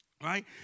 Right